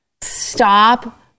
stop